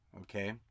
okay